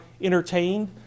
entertained